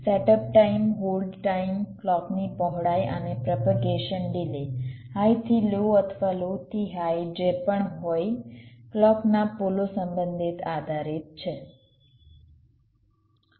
setup time hold time ક્લૉકની પહોળાઈ અને પ્રોપેગેશન ડિલે હાઈથી લો અથવા લો થી હાઇ જે પણ હોય ક્લૉકના પોલો સંબંધિત આધારિત છે